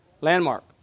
Landmark